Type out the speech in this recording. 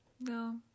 No